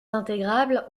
intégrables